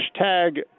hashtag